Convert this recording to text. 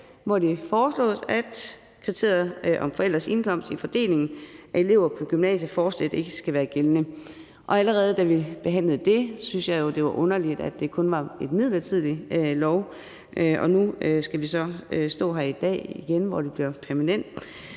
hvor det foreslås, at kriteriet om forældres indkomst i fordelingen af elever på gymnasier fortsat ikke skal være gældende. Allerede da vi behandlede det, syntes jeg, det var underligt, at det kun var en midlertidig lov, og nu skal vi så stå her igen i dag, hvor det bliver permanent,